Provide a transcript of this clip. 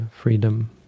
freedom